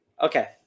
Okay